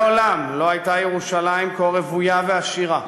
מעולם לא הייתה ירושלים כה רוויה ועשירה